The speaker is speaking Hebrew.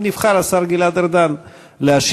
נבחר השר גלעד ארדן להשיב,